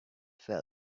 fell